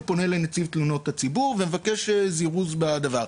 פונה לנציב תלונות הציבור ומבקש זירוז בדבר.